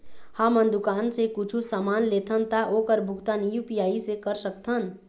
हमन दुकान से कुछू समान लेथन ता ओकर भुगतान यू.पी.आई से कर सकथन?